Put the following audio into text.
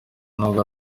n’ubwo